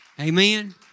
Amen